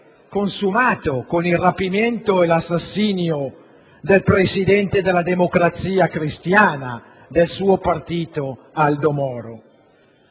consumato con il rapimento e l'assassinio del presidente della Democrazia Cristiana - il suo partito - Aldo Moro.